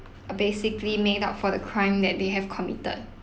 uh basically made up for the crime that they have committed